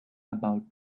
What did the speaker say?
about